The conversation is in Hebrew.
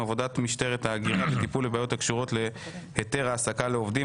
עבודת משטרת ההגירה וטיפול בבעיות הקשורות להיתר העסקה לעובדים.